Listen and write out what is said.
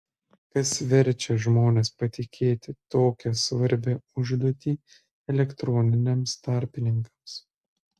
kas verčia žmones patikėti tokią svarbią užduotį elektroniniams tarpininkams